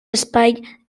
espai